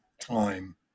time